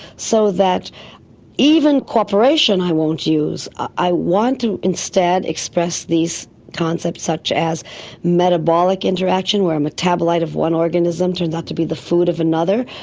so that even cooperation i won't use, use, i want to instead express these concepts such as metabolic interaction where a metabolite of one organism turns out to be the food of another,